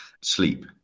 Sleep